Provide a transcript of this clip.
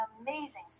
amazing